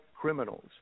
criminals